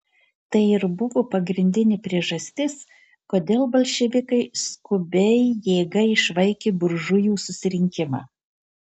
tai ir buvo pagrindinė priežastis kodėl bolševikai skubiai jėga išvaikė buržujų susirinkimą